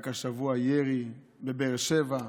רק השבוע ירי בבאר שבע.